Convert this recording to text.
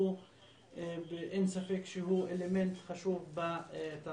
שאין ספק שהוא אלמנט חשוב בתרבות.